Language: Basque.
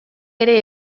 ere